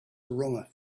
aroma